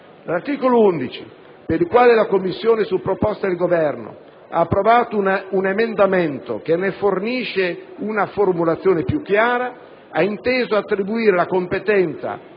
L'articolo 11, per il quale la Commissione, su proposta del Governo, ha approvato un emendamento che ne fornisce una formulazione più chiara, ha inteso attribuire la competenza